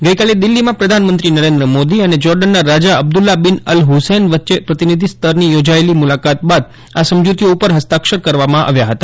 ગઇકાલે દિલ્હીમાં પ્રધાનમંત્રી નરેન્દ્ર મોદી અને જોર્ડનના રાજા અબ્દુલ્લાહ બીન અલ હુસૈન વચ્ચે પ્રતિનિધિસ્તરની યોજાયેલી મુલાકાત બાદ આ સમજૂતીઓ ઉપર હસ્તાક્ષર કરવામાં આવ્યા હતા